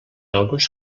alguns